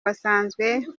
wasanzwe